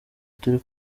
turi